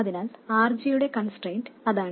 അതിനാൽ RG യുടെ constraint അതാണ്